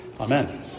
Amen